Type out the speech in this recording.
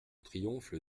triomphe